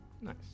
Nice